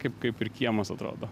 kaip kaip ir kiemas atrodo